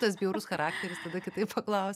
tas bjaurus charakteris tada kitaip paklausiu